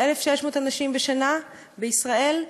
של 1,600 אנשים בשנה בישראל,